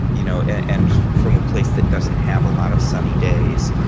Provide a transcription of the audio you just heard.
you know and from a place that doesn't have a lot of sunny days,